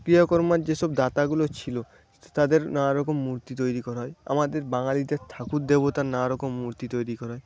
ক্রিয়াকর্মের যেসব দাতাগুলো ছিলো তাদের নানারকম মূর্তি তৈরি করা হয় আমাদের বাঙালিদের ঠাকুর দেবতার নানারকম মূর্তি তৈরি করা হয়